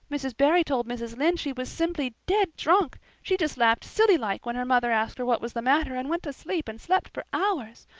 mrs. barry told mrs. lynde she was simply dead drunk. she just laughed silly-like when her mother asked her what was the matter and went to sleep and slept for hours.